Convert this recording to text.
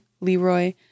Leroy